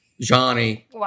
Johnny